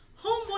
homeboy